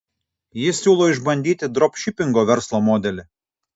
jis siūlo išbandyti dropšipingo verslo modelį